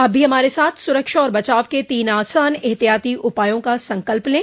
आप भी हमारे साथ सुरक्षा और बचाव के तीन आसान एहतियाती उपायों का संकल्प लें